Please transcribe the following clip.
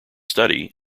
study